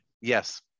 Yes